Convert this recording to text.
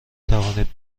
توانید